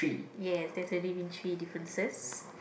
ya that's only been three differences